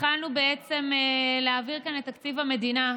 התחלנו להעביר את תקציב המדינה.